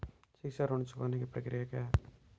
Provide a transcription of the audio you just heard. शिक्षा ऋण चुकाने की प्रक्रिया क्या है?